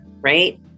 right